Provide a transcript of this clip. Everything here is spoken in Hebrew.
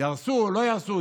יהרסו או לא יהרסו?